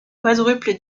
quadruple